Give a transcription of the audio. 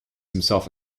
himself